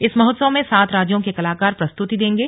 इस महोत्सव में सात राज्यों के कलाकार प्रस्तुति देंगे